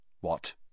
What